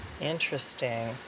Interesting